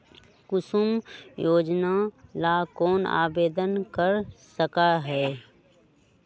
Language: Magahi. कुसुम योजना ला कौन आवेदन कर सका हई?